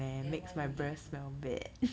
then why you eat kim~